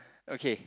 okay